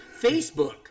Facebook